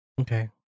Okay